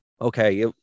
okay